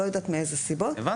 לא יודעת מאיזה סיבות.